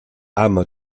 ama